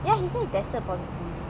did he really get COVID though